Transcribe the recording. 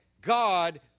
God